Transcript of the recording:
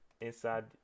Inside